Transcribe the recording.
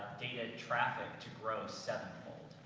data traffic to grow sevenfold.